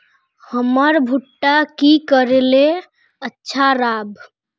हमर भुट्टा की करले अच्छा राब?